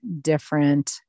different